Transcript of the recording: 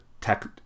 tech